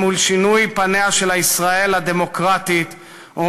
מול שינוי פניה של ישראל הדמוקרטית או